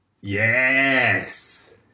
Yes